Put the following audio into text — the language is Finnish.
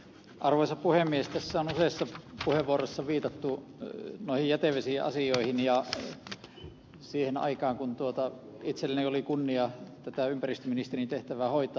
tässä on useissa puheenvuoroissa viitattu noihin jätevesiasioihin ja myös siihen aikaan kun itselläni oli kunnia tätä ympäristöministerin tehtävää hoitaa